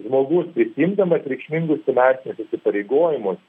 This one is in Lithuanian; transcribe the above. žmogus prisiimdamas reikšmingus finansinius įsipareigojimus